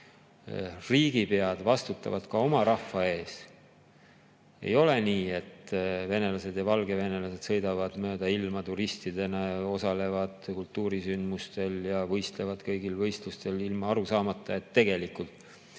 riigipead vastutavad ka oma rahva ees? Ei ole nii, et venelased ja valgevenelased sõidavad mööda ilma turistidena, osalevad kultuurisündmustel ja võistlevad kõigil võistlustel ilma aru saamata, et tegelikult